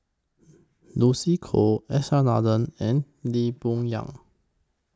Lucy Koh S R Nathan and Lee Boon Yang